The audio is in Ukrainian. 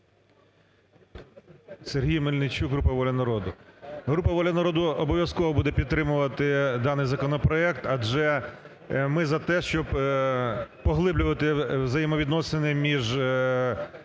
Сергій Мельничук, група "Воля народу". Група "Воля народу" обов'язково буде підтримувати даний законопроект, адже ми за те, щоб поглиблювати взаємовідносини між